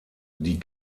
die